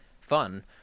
fun